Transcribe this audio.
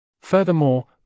Furthermore